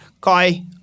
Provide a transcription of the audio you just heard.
Kai